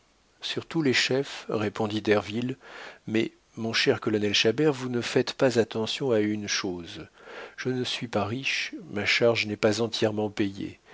tous les chefs répondit derville mais mon cher colonel chabert vous ne faites pas attention à une chose je ne suis pas riche ma charge n'est pas entièrement payée